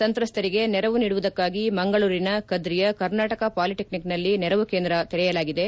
ಸಂತಸ್ತರಿಗೆ ನೆರವು ನೀಡುವುಕಾಗಿ ಮಂಗಳೂರಿನ ಕದ್ದಿಯ ಕರ್ನಾಟಕ ಪಾಲಿಟೆಕ್ಕಿಕ್ನಲ್ಲಿ ನೆರವು ಕೇಂದ್ರ ತೆರೆಯಲಾಗಿದೆ